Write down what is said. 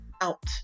out